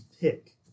pick